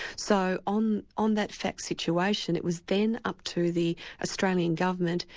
so on on that fact situation, it was then up to the australian government,